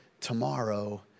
tomorrow